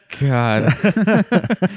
God